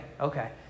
Okay